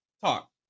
talk